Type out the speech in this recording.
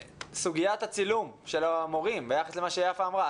סוגיית הצילום של המורים ביחס למה שיפה אמרה.